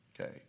Okay